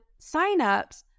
signups